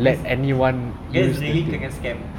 that's that really kena scam